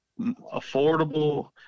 affordable